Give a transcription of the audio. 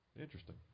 Interesting